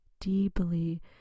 deeply